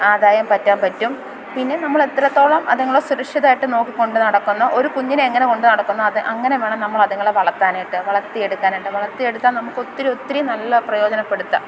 ആദായം പറ്റാൻ പറ്റും പിന്നെ നമ്മളെത്രത്തോളം അതുങ്ങളെ സുരക്ഷിതമായിട്ടു നോക്കി കൊണ്ടു നടക്കുന്നോ ഒരു കുഞ്ഞിനെ എങ്ങനെ കൊണ്ടു നടക്കുന്നോ അതെ അങ്ങനെ വേണം നമ്മളതുങ്ങളെ വളർത്താനായിട്ടു വളർത്തി എടുക്കാനായിട്ടു വളർത്തി എടുത്താൽ നമുക്കൊത്തിരി ഒത്തിരി നല്ല പ്രയോജനപ്പെടുത്താം